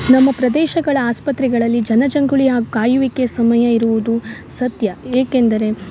ನಮ್ಮ ಪ್ರದೇಶಗಳ ಆಸ್ಪತ್ರೆಗಳಲ್ಲಿ ಜನ ಜಂಗುಳಿಯ ಕಾಯುವಿಕೆ ಸಮಯ ಇರುವುದು ಸತ್ಯ ಏಕೆಂದರೆ